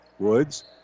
Woods